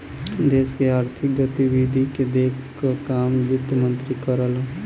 देश के आर्थिक गतिविधि के देखे क काम वित्त मंत्री करलन